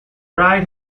ride